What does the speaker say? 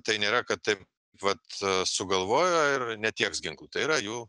tai nėra kad taip vat sugalvojo ir netieks ginklų tai yra jų